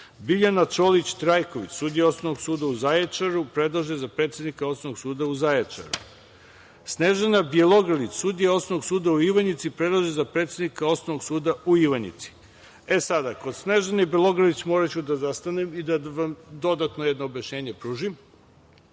Biljana Čolić Trajković sudija Osnovnog suda u Zaječaru, predložena za predsednika Osnovnog suda u Zaječaru; Snežana Bjelogrlić sudija Osnovnog suda u Ivanjici, predložena za predsednika Osnovnog suda u Ivanjici. Kod Snežane Bjelogrlić moraću da zastanem i da vam dodatno objašnjenje pružim.